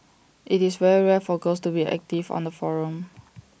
it's very rare for girls to be active on the forum